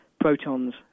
protons